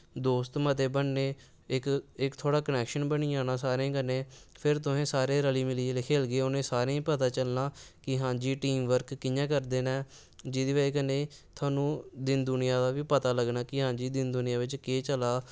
दोस्त मते बनने इक तुआढ़ा कनैक्शन बनी जाना सारें कन्नैं फिर तुस सारे जिसलै रली मिलियै खेलगे ते सारें गी पता चलना कि हां टीम बर्क कि'यां करदे न जेह्दी बजह् कन्नै तुआनूं दीन दुनियां दा बी पता लग्गना हां जी दीन दुनियां बिच्च केह् चला दा